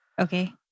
Okay